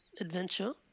adventure